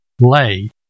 lay